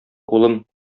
улым